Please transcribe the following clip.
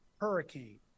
hurricane